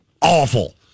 awful